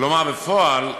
כלומר בפועל,